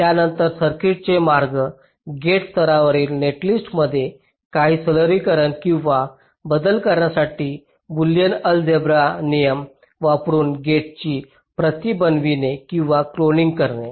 त्यानंतर सर्किटचे मार्ग गेट स्तरावरील नेटलिस्टमध्ये काही सरलीकरण किंवा बदल करण्यासाठी बुलियन अलजेब्रा नियम वापरुन गेट्सची प्रत बनवणे किंवा क्लोनिंग करणे